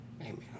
amen